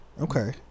Okay